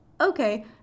Okay